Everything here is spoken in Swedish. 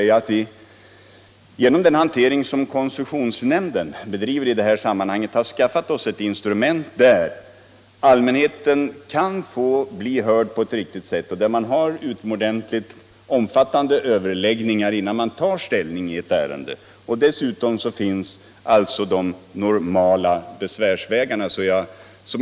Genom den hantering koncessionsnämnden bedriver har vi skaffat oss ett instrument där allmänheten kan bli hörd på ett riktigt sätt och där det förekommer omfattande överläggningar innan man tar ställning i ärendet. Dessutom finns här de normala besvärsvägarna.